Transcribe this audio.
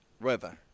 weather